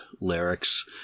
lyrics